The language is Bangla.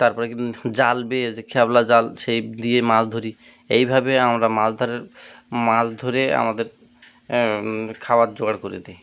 তার পরে কী জাল বেয়ে যে খ্যাপলা জাল সেই দিয়ে মাছ ধরি এইভাবে আমরা মাছ ধরার মাছ ধরে আমাদের খাবার জোগাড় করে দিই